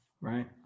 right